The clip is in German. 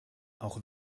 auch